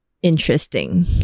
interesting